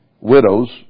widows